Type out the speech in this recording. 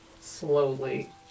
slowly